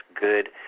good